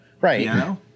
right